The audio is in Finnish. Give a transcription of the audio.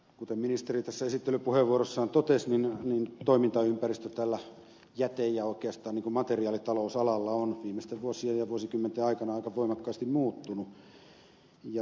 kuten ministeri esittelypuheenvuorossaan totesi toimintaympäristö tällä jäte ja oikeastaan materiaalitalousalalla on viimeisten vuosien ja vuosikymmenten aikana aika voimakkaasti muuttunut